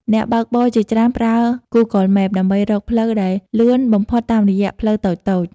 អ្នកបើកបរជាច្រើនប្រើ Google Maps ដើម្បីរកផ្លូវដែលលឿនបំផុតតាមរយៈផ្លូវតូចៗ។